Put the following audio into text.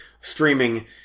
streaming